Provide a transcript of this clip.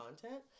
content